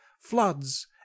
floods